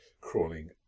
crawling